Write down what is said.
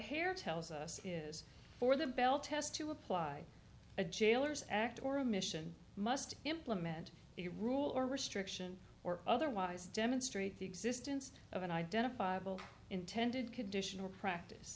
hair tells us is for the bell test to apply a jailer's act or a mission must implement the rule or restriction or otherwise demonstrate the existence of an identifiable intended condition or practice